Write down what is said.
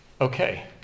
okay